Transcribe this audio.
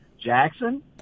Jackson